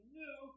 new